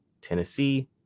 Tennessee